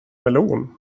melon